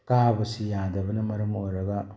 ꯀꯥꯕꯁꯤ ꯌꯥꯗꯕꯅ ꯃꯔꯝ ꯑꯣꯏꯔꯒ